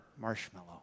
marshmallow